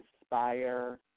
inspire